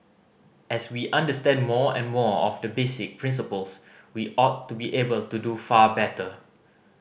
as we understand more and more of the basic principles we ought to be able to do far better